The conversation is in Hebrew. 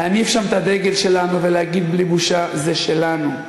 להניף שם את הדגל שלנו ולהגיד בלי בושה: זה שלנו,